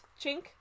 Chink